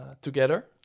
together